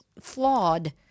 flawed